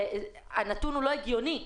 הנתון הוא לא הגיוני.